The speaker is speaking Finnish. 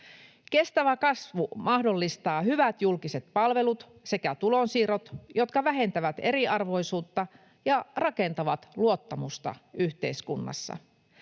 Kestävä kasvu mahdollistaa hyvät julkiset palvelut sekä tulonsiirrot, jotka vähentävät eriarvoisuutta ja rakentavat luottamusta yhteiskunnassa.